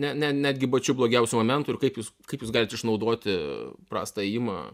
ne ne netgi pačiu blogiausiu momentu ir kaip jūs kaip jūs galit išnaudoti prastą ėjimą